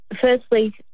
Firstly